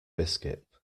biscuit